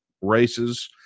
races